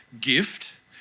gift